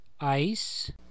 ice